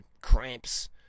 cramps